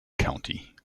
county